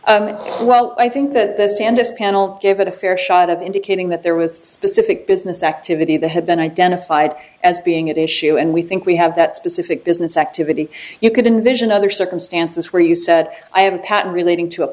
e well i think that this and this panel give it a fair shot of indicating that there was specific business activity that had been identified as being at issue and we think we have that specific business activity you could envision other circumstances where you said i have a patent relating to a